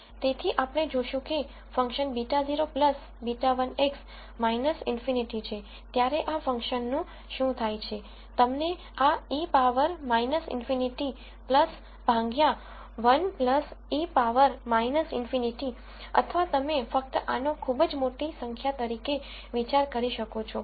તેથી આપણે જોશું કે ફંક્શન β 0 β1 x ∞ છે ત્યારે આ ફંક્શનનું શું થાય છે તમને આ ઇ પાવર ∞ ભાંગ્યા 1 ઈ પાવર ∞ અથવા તમે ફક્ત આનો ખૂબ જ મોટી સંખ્યા તરીકે વિચાર કરી શકો છો